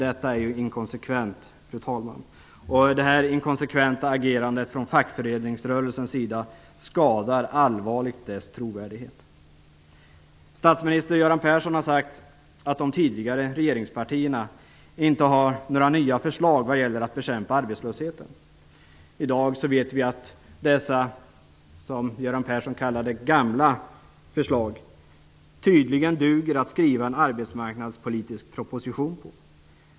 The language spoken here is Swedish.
Detta inkonsekventa agerande från fackföreningsrörelsen skadar allvarligt dess trovärdighet. Statsminister Göran Persson har sagt att de tidigare regeringspartierna inte har några nya förslag när det gäller att bekämpa arbetslösheten. I dag vet vi att dessa - som Göran Persson uttrycker det - gamla förslag tydligen duger som underlag för en arbetsmarknadspolitisk proposition.